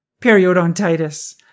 periodontitis